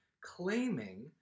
claiming